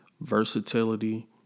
versatility